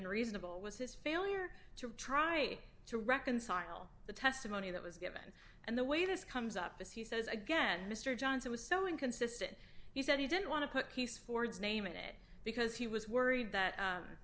reasonable was his failure to try to reconcile the testimony that was given and the way this comes up as he says again mr johnson was so inconsistent he said he didn't want to put keys ford's name in it because he was worried that